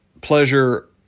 pleasure